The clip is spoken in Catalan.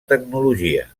tecnologia